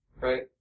right